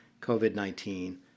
COVID-19